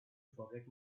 forget